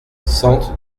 sente